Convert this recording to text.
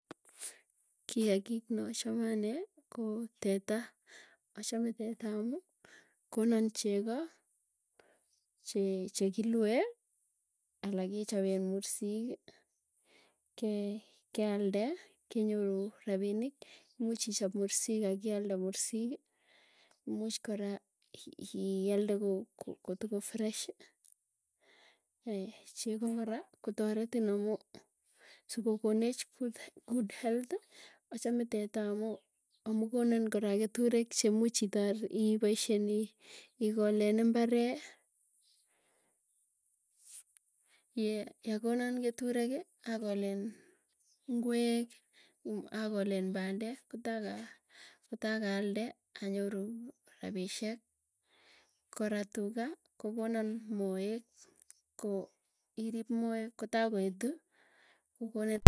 Kikakik nachame anee ko teta. Achame teta amuu konan chegoo, che chekilue alak ichopee mursiki, kee kealde kenyoru rapinik muuch ichop mursik akialde mursiik muuch kora, ialde ko kotoko fresh. chego kora kotaretin amuu sikokonech kutt good health. Achame teta amuu, amuu konoon kora keturek chemuch itar ipoisyen ii ikolen imbaree. Yee yakonan keturekii akolen ngwek, akolen pandek kotaaka. Kotaa kaalde anyoru rapisyek kora tuga kokonan moek ko irip moek kotakoetu kokonin.